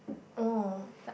orh